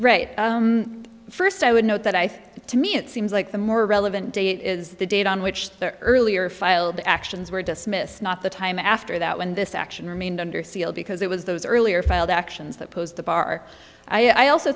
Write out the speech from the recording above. right first i would note that i think to me it seems like the more relevant date is the date on which the earlier filed actions were dismissed not the time after that when this action remained under seal because it was those earlier filed actions that pose the bar i also